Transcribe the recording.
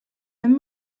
ben